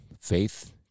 faith